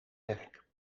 werk